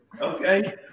Okay